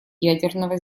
ядерного